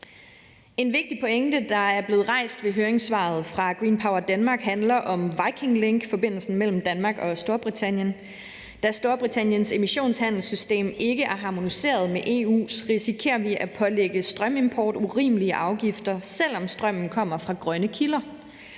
En vigtig pointe, der er blevet rejst ved høringssvaret fra Green Power Denmark, handler om Viking Link, altså forbindelsen mellem Danmark og Storbritannien. Da Storbritanniens emissionshandelssystem ikke er harmoniseret med EU's, risikerer vi at pålægge strømimport urimelige afgifter, selv om strømmen kommer fra grønne kilder.